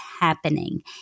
happening